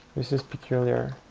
this is peculiar.